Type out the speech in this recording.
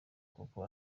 kuko